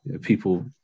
people